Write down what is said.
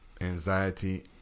anxiety